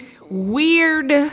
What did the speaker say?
weird